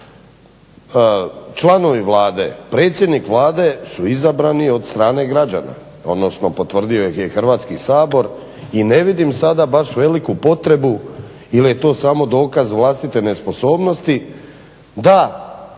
članovi Vlade i predsjednik Vlade su izabrani od strane građane, odnosno potvrdio ih je Hrvatski sabor i ne vidim sada baš veliku potrebu ili je to samo dokaz vlastite nesposobnosti, da